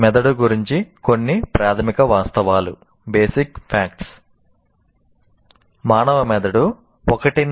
మెదడు గురించి కొన్ని ప్రాథమిక వాస్తవాలు మానవ మెదడు 1